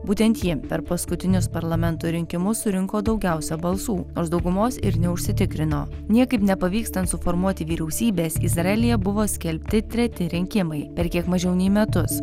būtent jiem per paskutinius parlamento rinkimus surinko daugiausia balsų nors daugumos ir neužsitikrino niekaip nepavykstant suformuoti vyriausybės izraelyje buvo skelbti treti rinkimai per kiek mažiau nei metus